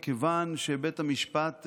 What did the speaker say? מכיוון שבית המשפט,